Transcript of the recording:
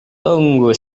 tunggu